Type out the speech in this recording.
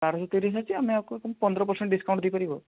ବାରଶହ ତିରିଶ ଅଛି ଆମେ ଆକୁ ପନ୍ଦର ପରସେଣ୍ଟ ଡିସକାଉଣ୍ଟ ଦେଇପାରିବୁ ଆଉ